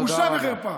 בושה וחרפה.